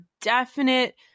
definite